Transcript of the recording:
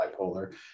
bipolar